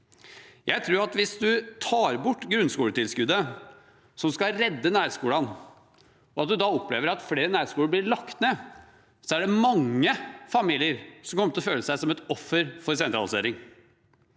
Jeg tror at hvis man tar bort grunnskoletilskuddet, som skal redde nærskolene, og man opplever at flere nærskoler blir lagt ned, er det mange familier som kommer til å føle seg som et offer for sentralisering.